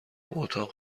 اتاق